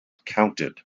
counted